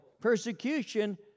Persecution